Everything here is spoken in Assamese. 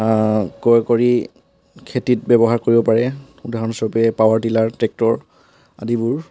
ক্ৰয় কৰি খেতিত ব্যৱহাৰ কৰিব পাৰে উদাহৰণস্বৰূপে পাৱাৰ টিলাৰ ট্ৰেক্টৰ আদিবোৰ